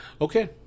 Okay